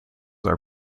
are